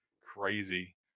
crazy